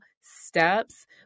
steps